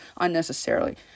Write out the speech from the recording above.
unnecessarily